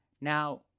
Now